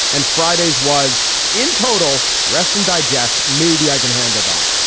and fridays was in total rest and digest. maybe i can handle that.